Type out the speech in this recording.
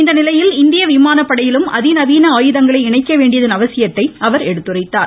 இந்நிலையில் இந்திய விமானப்படையிலும் அதிநவீன ஆயுதங்களை இணைக்க வேண்டியதன் அவசியத்தை அவர் எடுத்துரைத்தார்